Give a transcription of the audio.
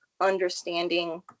understanding